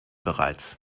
bereits